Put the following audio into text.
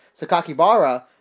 Sakakibara